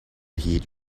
heed